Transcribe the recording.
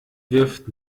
wirft